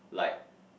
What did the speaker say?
like